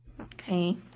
Okay